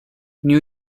new